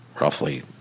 roughly